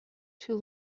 too